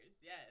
yes